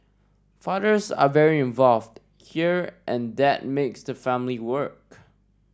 fathers are very involved here and that makes the family work